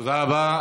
תודה רבה.